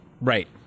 Right